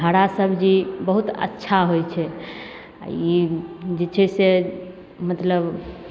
हरा सब्जी बहुत अच्छा होइ छै आओर ई जे छै से मतलब